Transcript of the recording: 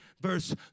verse